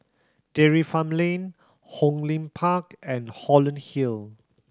Dairy Farm Lane Hong Lim Park and Holland Hill